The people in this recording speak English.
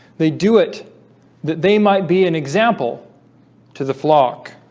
they do it that they might be an example to the flock